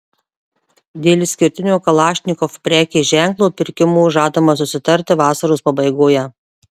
dėl išskirtinio kalašnikov prekės ženklo pirkimo žadama susitarti vasaros pabaigoje